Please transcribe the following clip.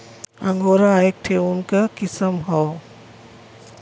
angora एक ठे ऊन क किसम हौ